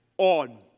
On